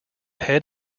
head